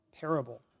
parable